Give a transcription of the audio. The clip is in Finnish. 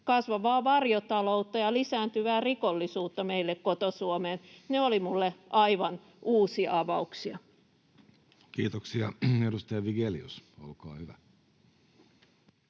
kasvavaa varjotaloutta ja lisääntyvää rikollisuutta meille koto-Suomeen. Ne olivat minulle aivan uusia avauksia. [Speech 214] Speaker: Jussi Halla-aho